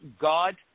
God